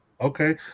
okay